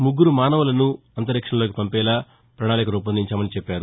ముగ్గురు మానవులను అంతరిక్షంలోకి పంపేలా ప్రణాళిక రూపొందించామని చెప్పారు